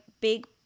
big